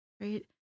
right